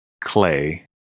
clay